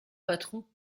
patron